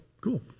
Cool